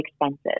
expensive